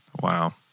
Wow